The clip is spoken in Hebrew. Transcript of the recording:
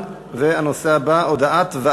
תודה, חבר הכנסת ברוורמן.